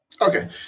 Okay